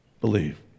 believe